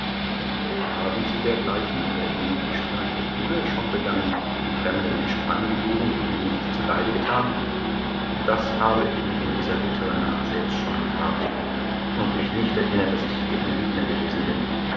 haben sie dergleichen oder ähnliche streiche früher schon begangen und fremde menschen angelogen die ihnen nichts zuleide getan das habe ich mich in dieser bitteren nacht selbst schon gefragt und mich nicht erinnert daß ich je ein lügner gewesen bin